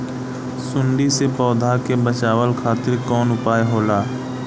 सुंडी से पौधा के बचावल खातिर कौन उपाय होला?